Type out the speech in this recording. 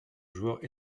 joueurs